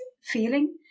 feeling